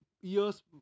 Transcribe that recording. years